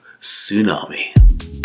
Tsunami